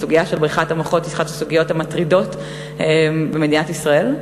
הסוגיה של בריחת המוחות היא אחת הסוגיות המטרידות במדינת ישראל,